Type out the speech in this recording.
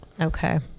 okay